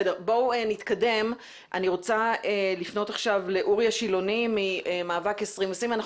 אני רוצה לפנות עכשיו לאורי השילוני ממאבק 2020. אנחנו